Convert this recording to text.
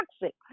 toxic